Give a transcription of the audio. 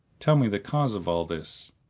tell me the cause of all this,